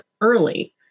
early